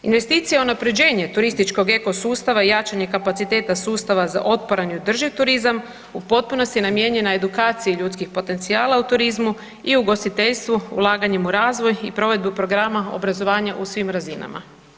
Investicija unaprjeđenje turističkog eko sustava i jačanje kapaciteta sustava za otporan i održiv turizam u potpunosti je namijenjena edukaciji ljudskih potencijala u turizmu i ugostiteljstvu ulaganjem u razvoj i provedbu programa obrazovanja u svim razinama.